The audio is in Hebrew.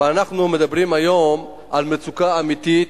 אבל אנחנו מדברים היום על מצוקה אמיתית,